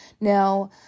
Now